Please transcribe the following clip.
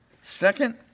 Second